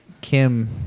Kim